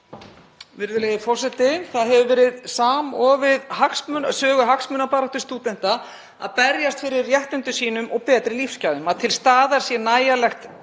Virðulegi forseti. Það hefur verið samofið sögu hagsmunabaráttu stúdenta að berjast fyrir réttindum sínum og betri lífsgæðum, að til staðar sé nægjanlegt